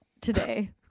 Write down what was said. today